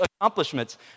accomplishments